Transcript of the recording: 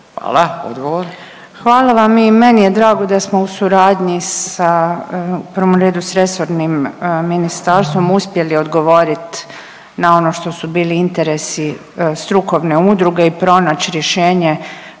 Nina (HDZ)** Hvala vam. I meni je drago da smo u suradnji sa u prvom redu s resornim ministarstvom uspjeli odgovorit na ono što su bili interesi strukovne udruge i pronać rješenje